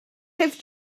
have